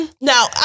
now